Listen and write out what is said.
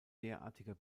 derartiger